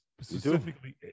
Specifically